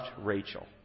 Rachel